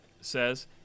says